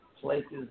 places